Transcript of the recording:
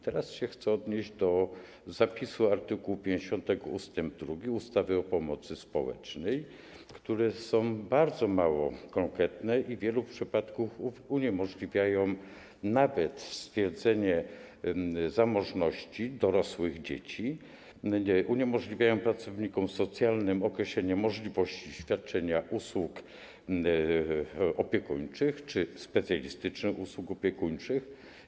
Teraz chcę się odnieść do zapisów art. 50 ust. 2 ustawy o pomocy społecznej, które są bardzo mało konkretne i w wielu przypadkach uniemożliwiają nawet stwierdzenie zamożności dorosłych dzieci, uniemożliwiają pracownikom socjalnym określenie możliwości świadczenia usług opiekuńczych czy specjalistycznych usług opiekuńczych.